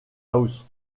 house